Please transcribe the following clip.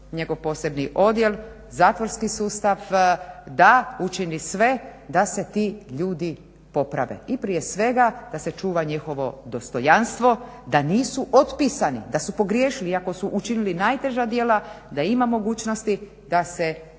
njegov posebni odjel, kroz zatvorski sustav, da učini sve da se ti ljudi poprave i prije svega da se čuva njihovo dostojanstvo da nisu otpisani, da su pogriješili iako su učinili najteža djela da ima mogućnosti da se poboljšaju.